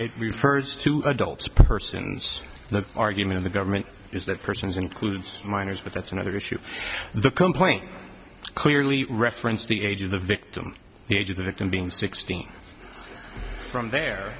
it refers to adults persons the argument the government is that persons includes minors but that's another issue the complaint clearly referenced the age of the victim the age of the victim being sixteen from there